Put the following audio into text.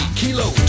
kilo